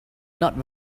not